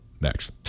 next